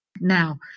now